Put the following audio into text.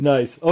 Nice